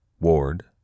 Ward